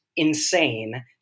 insane